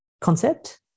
concept